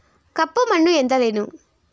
ಕಪ್ಪು ಮಣ್ಣು ಎಂದರೇನು?